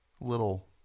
little